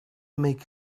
make